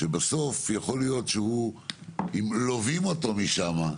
שבסוף יכול להיות שאם לווים אותו משם,